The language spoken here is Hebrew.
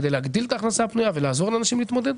כדי להגדיל את ההכנסה הפנויה ולעזור לאנשים להתמודד.